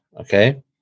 okay